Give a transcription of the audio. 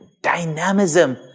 dynamism